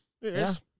Yes